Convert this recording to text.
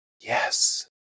Yes